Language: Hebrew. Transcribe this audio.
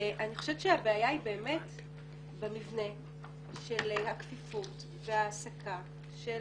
אני חושבת שהבעיה היא באמת במבנה של הכפיפות וההעסקה על